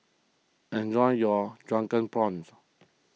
enjoy your Drunken Prawns